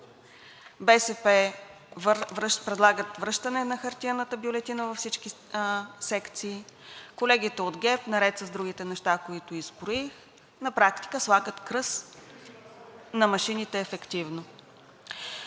БСП предлагат връщане на хартиената бюлетина във всички секции. Колегите от ГЕРБ, наред с другите неща, които изброих, на практика слагат кръст на машините ефективно.